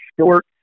short